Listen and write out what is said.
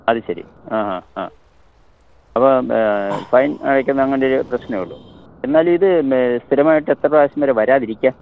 അതുശരി ആ ആ ആ അപ്പോൾ ഫൈൻ അയക്കുന്ന അങ്ങനെയൊരു പ്രശ്നമേ ഉള്ളൂ എന്നാലും ഇത് സ്ഥിരമായിട്ട് എത്ര പ്രാവശ്യം വരെ വരാതിരിക്കാം